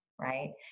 right